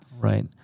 Right